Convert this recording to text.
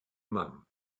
mum